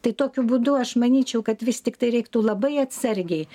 tai tokiu būdu aš manyčiau kad vis tiktai reiktų labai atsargiai